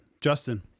Justin